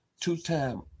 two-time